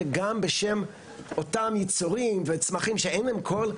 אלא גם בשם אותם יצורים וצמחים שאין להם קול,